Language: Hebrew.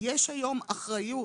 יש היום אחריות